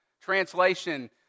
Translation